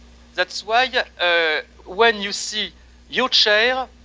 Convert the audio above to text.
that's why yeah ah when you see your chair,